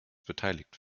beteiligt